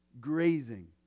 grazing